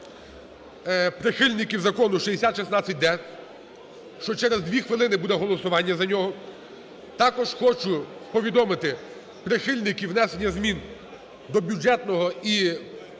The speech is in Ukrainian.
прихильників Закону 6016-д, що через дві хвилини буде голосування за нього. Також хочу повідомити прихильників внесення змін до Бюджетного